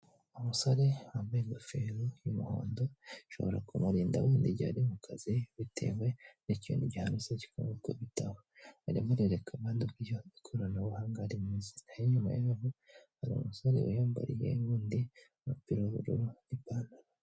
Umusore wambaye ingofero y'umuhondo, ishobora kumurinda wenda igihe ari mu kazi, bitewe n'ikintu gihanutse kikamwikubitaho, arimo arereka abandi uburyo ikoranabuhanga rimeze, aho inyuma yaho hari umusore wiyambariye wundi umupira w'ubururu n'ipantaro.